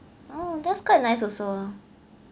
oh that's quite nice also ah